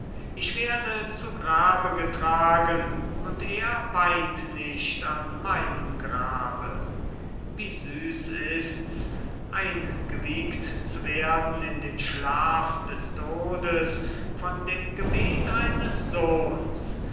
ich werde zu grabe getragen und er weint nicht an meinem grabe wie süß ist's eingewiegt zu werden in den schlaf des todes von dem gebet eines sohns